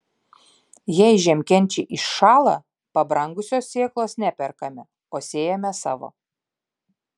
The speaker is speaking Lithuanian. jei žiemkenčiai iššąla pabrangusios sėklos neperkame o sėjame savo